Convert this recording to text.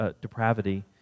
depravity